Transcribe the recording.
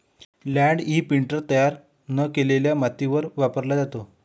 land imprinter तयार न केलेल्या मातीवर वापरला जातो